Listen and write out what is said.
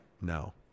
No